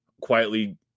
quietly